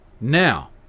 Now